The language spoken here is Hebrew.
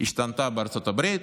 השתנתה בארצות הברית,